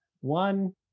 One